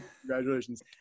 congratulations